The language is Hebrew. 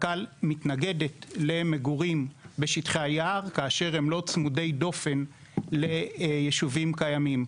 קק"ל מתנגדת למגורים בשטחי היער כאשר הם לא צמודי דופן ליישובים קיימים.